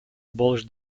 abolish